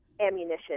ammunition